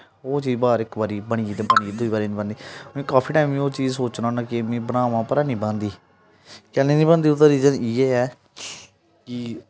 ओह् चीज इक बारी बनी ते बनी दूई बारी नेईं बनदी में काफी टैम ओह् चीज सोचना होना कि में बनावां पर ऐनीं बनदी केह्ली नेईं बनदी ओह्दा रीज़न इ'यै ऐ कि